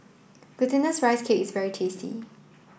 glutinous rice cakes very tasty